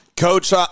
Coach